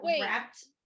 wrapped